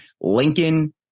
Lincoln